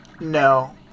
No